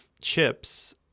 chips